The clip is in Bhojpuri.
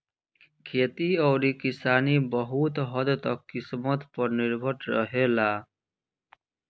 खेती अउरी किसानी बहुत हद्द तक किस्मत पर निर्भर रहेला